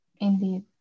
Indeed